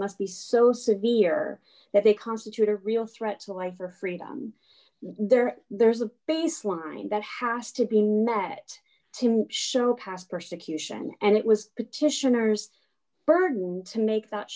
must be so severe that they constitute a real threat to life for freedom there there's a baseline that has to be met to show past persecution and it was petitioners burden to make that